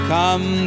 Come